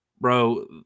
bro